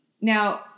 Now